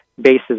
bases